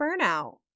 burnout